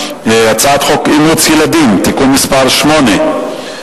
להצעת חוק אימוץ ילדים (תיקון מס' 8),